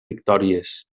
victòries